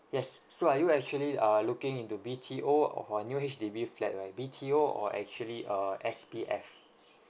yes so are you actually uh looking into B_T_O or or new H_D_B flat right B_T_O or actually uh S_P_F